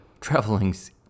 traveling's